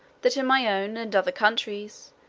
that in my own and other countries,